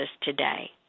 today